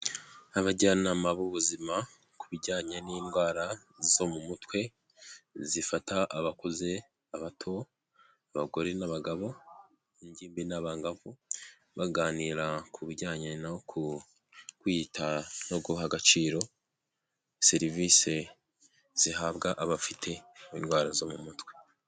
Abajyanama b'ubuzima ku bijyanye n'indwara zo mu mutwe, zifata abakuze, abato, abagore n'abagabo, ingimbi n'abangavu, baganira ku bijyanye no ku kwita no guha agaciro, serivisi zihabwa abafite indwara zo mu mutwe.